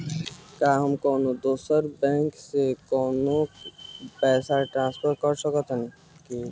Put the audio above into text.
का हम कौनो दूसर बैंक से केहू के पैसा ट्रांसफर कर सकतानी?